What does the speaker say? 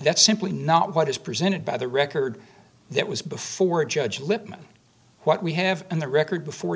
that's simply not what is presented by the record that was before a judge lippman what we have on the record before